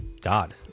God